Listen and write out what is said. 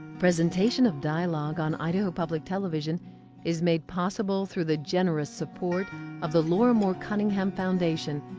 presentation of dialogue on idaho public television is made possible through the generous support of the laura moore cunningham foundation,